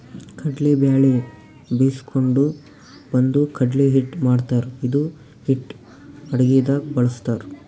ಕಡ್ಲಿ ಬ್ಯಾಳಿ ಬೀಸ್ಕೊಂಡು ಬಂದು ಕಡ್ಲಿ ಹಿಟ್ಟ್ ಮಾಡ್ತಾರ್ ಇದು ಹಿಟ್ಟ್ ಅಡಗಿದಾಗ್ ಬಳಸ್ತಾರ್